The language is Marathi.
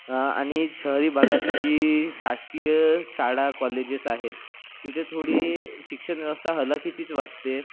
आ आणि शहरी भागातली जी शासकीय शाळा कॉलेजेस आहेत तिथे थोडी शिक्षण व्यवस्था हलाखीचीच वाटते